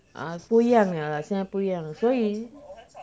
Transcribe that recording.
啊不一样聊啦现在不一样所以